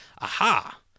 Aha